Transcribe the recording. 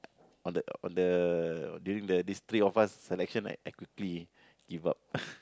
on the on the during this three of us selection right I quickly give up